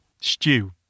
Stew